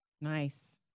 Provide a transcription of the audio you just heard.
Nice